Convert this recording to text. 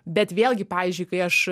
bet vėlgi pavyzdžiui kai aš